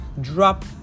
drop